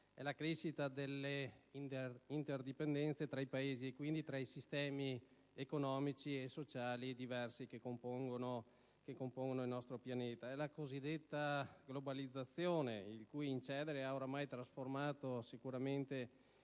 è la crescita delle interdipendenze tra i Paesi e quindi tra i diversi sistemi economici e sociali che compongono il nostro pianeta. È la cosiddetta globalizzazione, il cui incedere ha ormai sicuramente